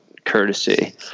courtesy